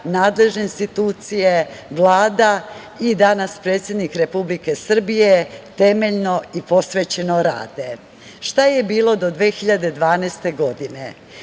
nadležne institucije, Vlada i danas predsednik Republike Srbije, temeljno i posvećeno rade. Šta je bilo do 2012. godine?